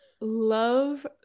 love